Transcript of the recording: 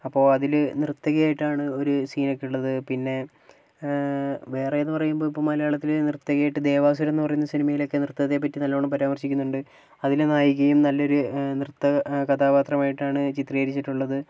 അപ്പോൾ അതിൽ നർത്തകിയായിട്ടാണ് ഒരു സീനൊക്കെയുള്ളത് പിന്നെ ആഹ് വേറെ എന്ന് പറയുമ്പോൾ ഇപ്പോൾ മലയാളത്തിൽ നർത്തകിയായിട്ട് ദേവാസുരം എന്ന് പറയുന്ന സിനിമയിൽ ഒക്കെ നൃത്തത്തെ പറ്റി നല്ലോണം പരാമർശിക്കുന്നുണ്ട് അതിലെ നായികയും നല്ലൊരു നൃത്ത കഥാപാത്രമായിട്ടാണ് ചിത്രീകരിച്ചിട്ട് ഉള്ളത്